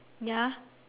ya